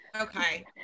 Okay